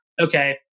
okay